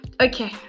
okay